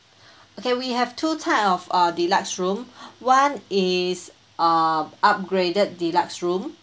okay we have two type of uh deluxe room one is uh upgraded deluxe room